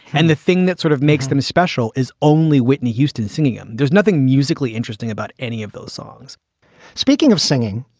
and the thing that sort of makes them special is only whitney houston singing them. there's nothing musically interesting about any of those songs speaking of singing,